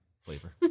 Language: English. flavor